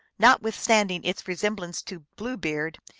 notwith standing its resemblance to blue beard,